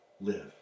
live